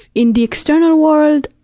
in the external world,